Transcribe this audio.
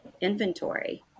inventory